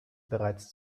bereits